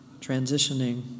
transitioning